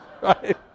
Right